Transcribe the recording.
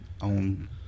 on